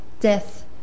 death